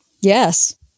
Yes